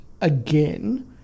again